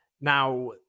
Now